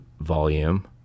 volume